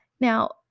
Now